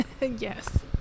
Yes